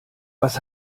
was